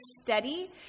steady